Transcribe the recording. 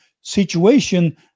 situation